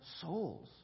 souls